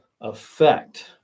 effect